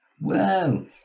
whoa